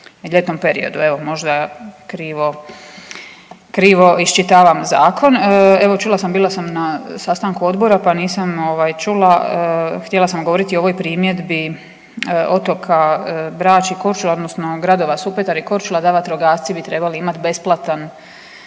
ljetnom periodu. Evo možda krivo, krivo iščitavam zakon. Evo čula sam, bila sam na sastanku odbora, pa nisam ovaj čula, htjela sam govoriti o ovoj primjedbi otoka Brač i Korčula odnosno gradova Supetar i Korčula da vatrogasci bi trebali imat besplatan,